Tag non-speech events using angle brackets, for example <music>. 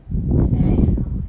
<noise>